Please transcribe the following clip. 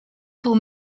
pour